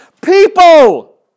People